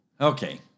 Okay